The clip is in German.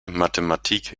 mathematik